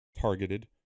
targeted